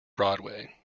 broadway